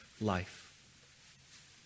life